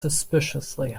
suspiciously